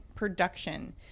Production